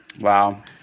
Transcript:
Wow